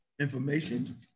information